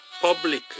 public